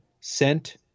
sent